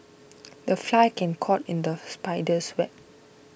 the fly can caught in the spider's web